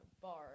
bar